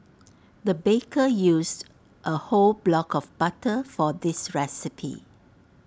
the baker used A whole block of butter for this recipe